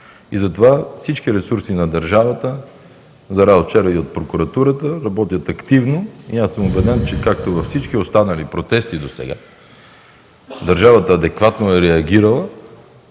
Затова всички ресурси на държавата – за радост вчера и от Прокуратурата, работят активно и аз съм убеден, че както във всички останали протести досега, държавата адекватно е реагирала